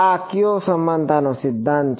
આ કયો સમાનતા સિદ્ધાંત છે